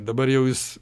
dabar jau jis